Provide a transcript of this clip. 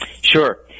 Sure